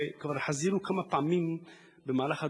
וכבר חזינו כמה פעמים במהלך הדורות,